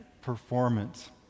performance